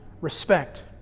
Respect